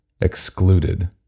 Excluded